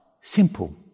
Simple